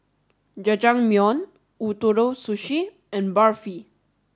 Jajangmyeon Ootoro Sushi and Barfi